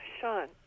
Sean